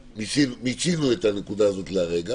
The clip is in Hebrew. מיצינו את הנקודה הזאת לעכשיו.